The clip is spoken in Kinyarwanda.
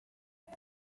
uko